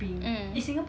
mm